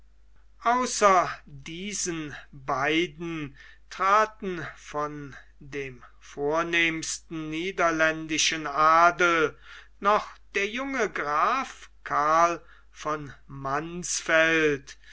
außer diesen beiden traten von dem vornehmsten niederländischen adel noch der junge graf karl von mansfeld